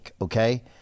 Okay